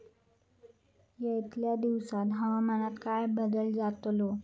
यतल्या दिवसात हवामानात काय बदल जातलो?